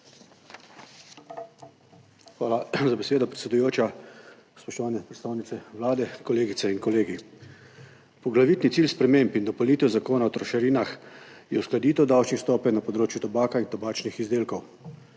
Hvala za besedo, predsedujoča. Spoštovani predstavnice Vlade, kolegice in kolegi! Poglavitni cilj sprememb in dopolnitev Zakona o trošarinah je uskladitev davčnih stopenj na področju tobaka in tobačnih izdelkov.